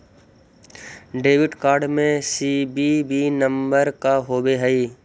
Debit card में CVV number का होव हइ?